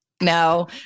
no